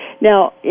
Now